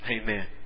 Amen